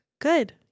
Good